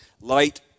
Light